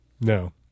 No